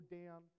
down